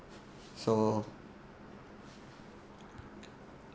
so